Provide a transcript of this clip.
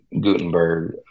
Gutenberg